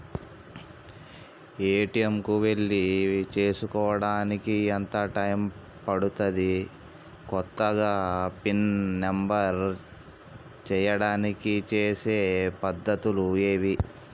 ATM కు వెళ్లి చేసుకోవడానికి ఎంత టైం పడుతది? కొత్తగా పిన్ నంబర్ చేయడానికి చేసే పద్ధతులు ఏవి?